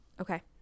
Okay